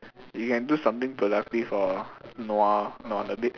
you can do something productive or nua nua on the bed